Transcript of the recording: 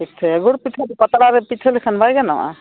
ᱯᱤᱴᱷᱟᱹ ᱜᱩᱲ ᱯᱤᱴᱷᱟᱹ ᱫᱚ ᱯᱟᱛᱲᱟ ᱨᱮ ᱯᱤᱴᱷᱟᱹ ᱞᱮᱠᱷᱟᱱ ᱵᱟᱭ ᱜᱟᱱᱚᱜᱼᱟ